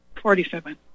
Forty-seven